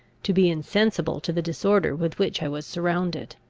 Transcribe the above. to be insensible to the disorder with which i was surrounded.